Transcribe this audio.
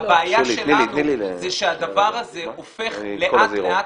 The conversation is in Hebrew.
הבעיה שלנו היא שהדבר הזה הופך לאט לאט